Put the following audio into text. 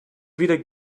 weder